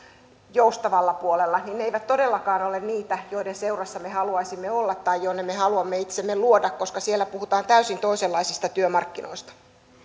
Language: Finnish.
joustavalla puolella ne eivät todellakaan ole niitä joiden seurassa me haluaisimme olla tai joiden seuraan me haluamme itsemme luoda koska siellä puhutaan täysin toisenlaisista työmarkkinoista